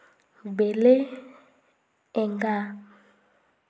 ᱵᱮᱞᱮ ᱮᱸᱜᱟ